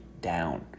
down